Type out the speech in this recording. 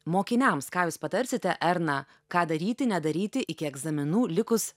mokiniams ką jūs patarsite erna ką daryti nedaryti iki egzaminų likus